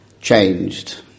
changed